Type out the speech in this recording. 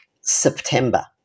September